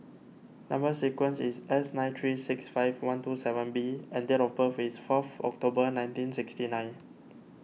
Number Sequence is S nine three six five one two seven B and date of birth is fourth October nineteen sixty nine